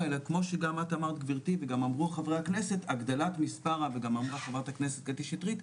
אלא כמו שאת אמרת גבירתי וגם אמרה חברת הכנסת קטי שטרית,